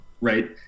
right